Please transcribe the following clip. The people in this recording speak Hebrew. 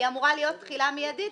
אמורה להיות תחילה מידית,